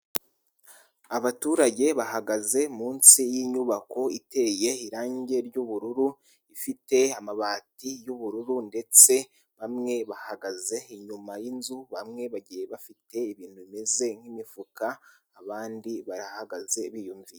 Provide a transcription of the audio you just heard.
Abaturage bahagaze munsi y'inyubako iteye irangi ry'ubururu. Ifite amabati y'ubururu ndetse bamwe bahagaze inyuma y'inzu, bamwe bagiye bafite ibintu bimeze nk'imifuka abandi barahagaze biyumvi...